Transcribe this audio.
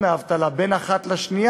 אדוני היושב-ראש,